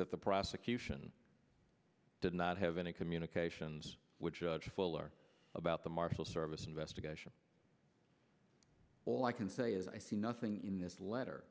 that the prosecution did not have any communications with judge fuller about the marshal service investigation all i can say is i see nothing in this letter